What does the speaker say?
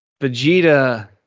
Vegeta